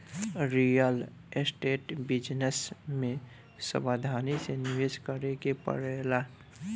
real estate business में सावधानी से निवेश करे के पड़ेला